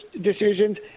decisions